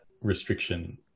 restriction